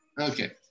Okay